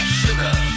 sugar